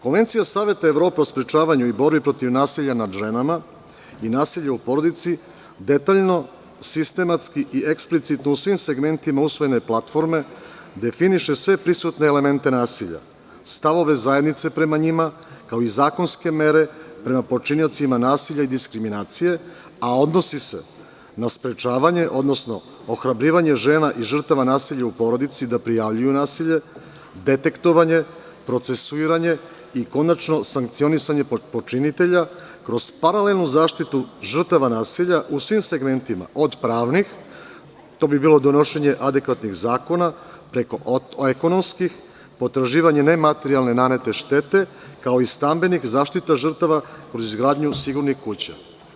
Konvencija Saveta Evrope o sprečavanju i borbi protiv nasilja nad ženama i nasilje u porodici, detaljno sistematski i eksplicitno u svim segmentima usvojene Platforme, definiše sve prisutne elemente nasilja, stavove zajednice prema njima, kao i zakonske mere prema počiniocima nasilja i diskriminacije, a odnosi se na sprečavanje, odnosno ohrabrivanje žena i žrtava nasilja u porodici da prijavljuju nasilje, detektovanje, procesuiranje i konačno sankcionisanje kod počinitelja, kroz paralelnu zaštitu žrtava nasilja u svim segmentima, od pravnih, a to bi bilo od donošenja adekvatnih zakona, preko ekonomskih, potraživanje nematerijalne nanete štete, kao i zaštite žrtava za izgradnju sigurnih kuća.